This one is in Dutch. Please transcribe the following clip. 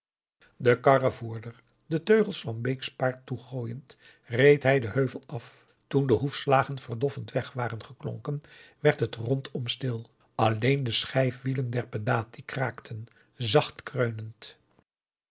den karrevoerder de teugels van bake's paard toegooiend reed hij den heuvel af toen de hoefslagen verdoffend weg waren geklonken werd het rondom stil alleen de schijfwielen der pedati kraakten zacht kreunend